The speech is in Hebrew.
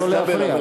לא להפריע.